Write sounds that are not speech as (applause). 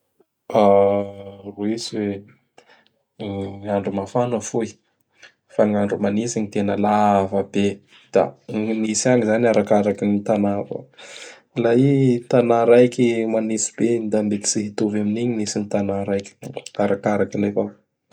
(hesitation) Roisy, (hesitation) gn'andro mafana fohy; fa gn'andro manitsy gn tena lava be; da gn nitsy agn zany arakaraky gn tana avao. (noise) K la i tana raiky manisy be; da mety tsy hitovy amin'igny gn nitsy n tana raiky. Arakarakiny avao.